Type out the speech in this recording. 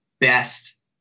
best